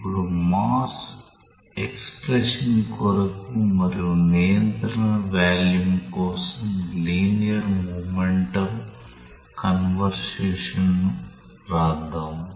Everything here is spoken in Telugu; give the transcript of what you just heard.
ఇప్పుడు మాస్ ఎక్స్ప్రెషన్ కొరకు మరియు నియంత్రణ వాల్యూమ్ కోసం లినియర్ మొమెంటమ్ కన్సర్వేషన్ను వ్రాద్దాం